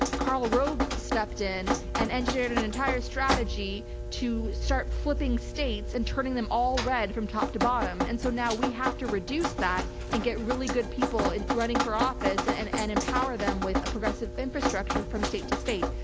karl rove stepped in and engineered an entire strategy to start flipping states. and turning them all red from top to bottom. and so now we have to reduce that and get really good people running for office and, and and empower them with a progressive infrastructure from state to state.